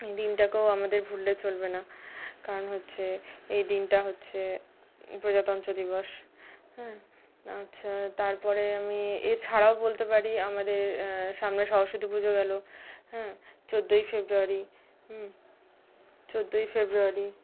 এই দিনটাকেও আমাদের ভুললে চলবে না কারণ হচ্ছে এই দিনটা হচ্ছে প্রজাতন্ত্র দিবস হ্যাঁ আচ্ছা তারপরে আমি এছাড়াও বলতে পারি আমাদের সামনে সরস্বতী পুজো গেলো হ্যাঁ চোদ্দোই ফেব্রুয়ারি চোদ্দোই ফেব্রুয়ারি